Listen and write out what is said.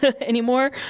anymore